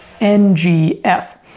NGF